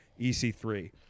EC3